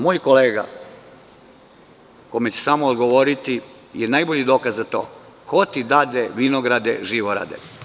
Moj kolega kome ću samo odgovoriti je najbolji dokaz za to – ko ti date vinograde Živorade.